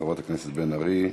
חברת הכנסת בן ארי,